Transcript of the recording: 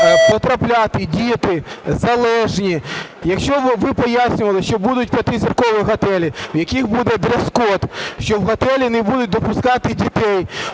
потрапляти діти, залежні? Якщо ви пояснювали, що будуть п'ятизіркові готелі, в яких буде дрес-код, що в готелі не будуть допускати дітей.